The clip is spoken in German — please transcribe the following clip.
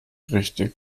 richtig